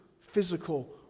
physical